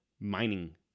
mining